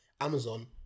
Amazon